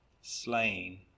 slain